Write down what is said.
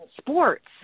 sports